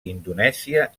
indonèsia